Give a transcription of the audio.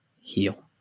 Heal